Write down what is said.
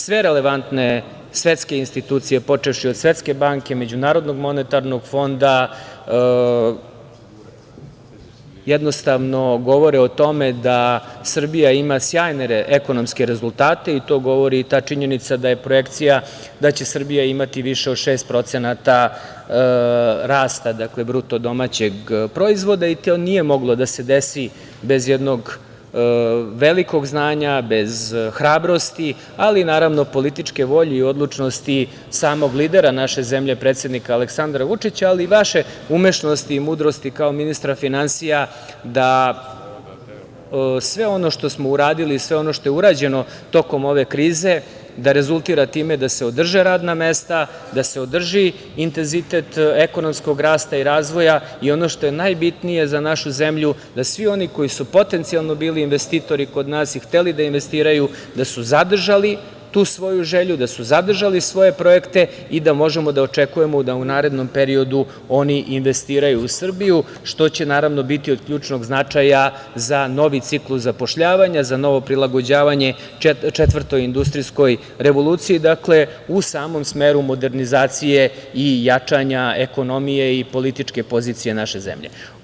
Sve relevantne svetske institucije, počevši od Svetske banke, MMF-a, jednostavno, govore o tome da Srbija ima sjajne ekonomske rezultate i ta činjenica govori da je projekcija da će Srbija imati više od 6% rasta BDP-a i to nije moglo da se desi bez jednog velikog znanja, bez hrabrosti, ali naravno, političke volje i odlučnosti samog lidera naše zemlje, predsednika Aleksandra Vučića, ali i vaše umešnosti i mudrosti kao ministra finansija da sve ono što smo uradili i sve ono što je urađeno tokom ove krize, da rezultira time da se održe radna mesta, da se održi intenzitet ekonomskog rasta i razvoja i ono što je najbitnije za našu zemlju, da svi oni koji su potencijalno bili investitori kod nas i hteli da investiraju, da su zadržali tu svoju želju, da su zadržali svoje projekte i da možemo da očekujemo da u narednom periodu oni investiraju u Srbiju, što će, naravno, biti od ključnog značaja za novi ciklus zapošljavanja, za novo prilagođavanje četvrtoj industrijskoj revoluciji, dakle, u samom smeru modernizacije i jačanja ekonomije i političke pozicije naše zemlje.